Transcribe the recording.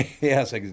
Yes